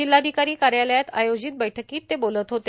जिल्हाधिकारी कार्यालयात आयोजित बैठकीत ते बोलत होते